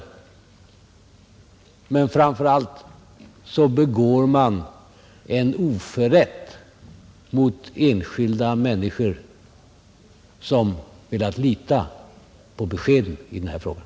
Men framför allt begår man en oförrätt mot enskilda människor som velat lita på beskeden i den här frågan.